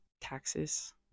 taxes